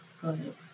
good